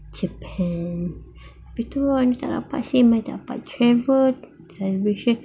japan itu ah since I tak dapat travel celebration